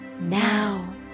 now